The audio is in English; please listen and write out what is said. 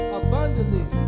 abundantly